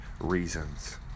reasons